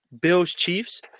Bills-Chiefs